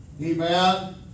Amen